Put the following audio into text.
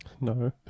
No